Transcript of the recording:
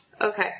Okay